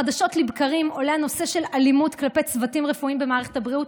חדשות לבקרים עולה הנושא של אלימות כלפי צוותים רפואיים במערכת הבריאות,